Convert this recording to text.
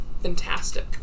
fantastic